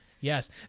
Yes